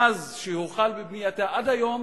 מאז הוחל בבנייתה ועד היום,